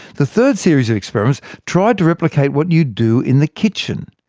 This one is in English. the third series of experiments tried to replicate what you do in the kitchen.